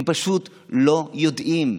הם פשוט לא יודעים.